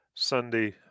Sunday